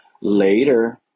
Later